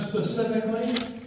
Specifically